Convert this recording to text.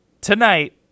Tonight